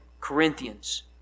Corinthians